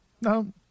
no